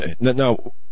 now